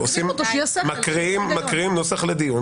קוראים נוסח לדיון,